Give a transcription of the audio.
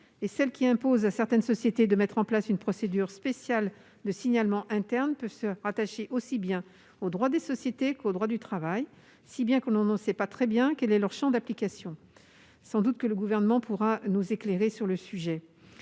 et celles qui imposent à certaines sociétés de mettre en place une procédure spéciale de signalement interne peuvent se rattacher aussi bien au droit des sociétés qu'au droit du travail, si bien que l'on ne sait pas précisément quel est leur champ d'application. Le Gouvernement pourra sans doute nous éclairer sur le sujet